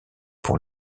pour